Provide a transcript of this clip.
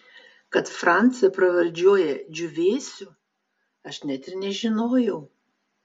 kad francą pravardžiuoja džiūvėsiu aš net ir nežinojau